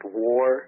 war